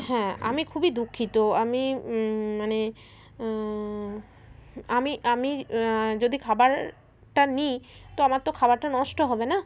হ্যাঁ আমি খুবই দুঃখিত আমি মানে আমি আমি যদি খাবারটা নিই তো আমার তো খাবারটা নষ্ট হবে না